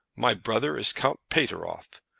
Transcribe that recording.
my brother is count pateroff.